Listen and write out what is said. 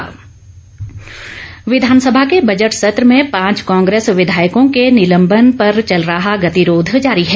walkout विधानसभा के budget सत्र में पांच कांग्रेस विधायकों के निलंबन पर चल रहा गतिरोध जारी है